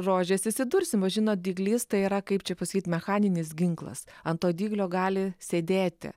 rožės įsidursim o žinot dyglys tai yra kaip čia pasakyt mechaninis ginklas ant to dyglio gali sėdėti